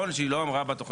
אחרי פסקה (1) יבוא: "(2)